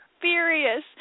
furious